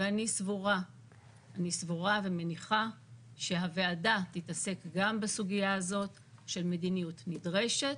אני סבורה ומניחה שהוועדה תתעסק גם בסוגיה הזאת של מדיניות נדרשת.